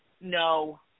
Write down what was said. No